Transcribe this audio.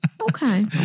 Okay